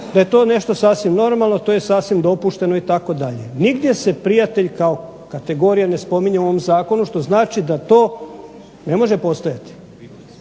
da je to nešto sasvim normalno to je sasvim dopušteno itd. Nigdje se prijatelj ne spominje u ovom zakonu što znači da to ne može postojati,